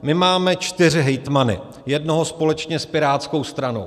My máme čtyři hejtmany, jednoho společně s pirátskou stranou.